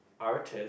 artist